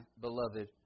beloved